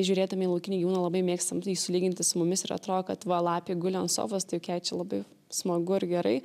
žiūrėdami į laukinį gyvūną labai mėgstam jį sulyginti su mumis ir atrodo kad va lapė guli ant sofos tai juk jai čia labai smagu ir gerai